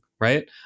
right